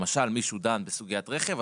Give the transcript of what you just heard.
למשל מישהו דן בסוגיית רכב,